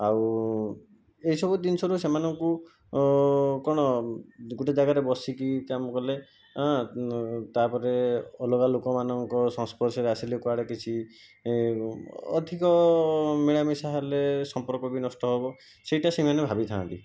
ଆଉ ଏଇସବୁ ଜିନିଷରୁ ସେମାନଙ୍କୁ କ'ଣ ଗୋଟେ ଜାଗାରେ ବସିକି କାମ କଲେ ତା'ପରେ ଅଲଗା ଲୋକମାନଙ୍କର ସଂସ୍ପର୍ଶରେ ଆସିଲେ କୁଆଡ଼େ କିଛି ଅଧିକ ମିଳାମିଶା ହେଲେ ସମ୍ପର୍କ ବି ନଷ୍ଟ ହେବ ସେଇଟା ସେମାନେ ଭାବିଥାନ୍ତି